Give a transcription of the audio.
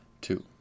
Two